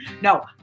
no